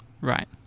Right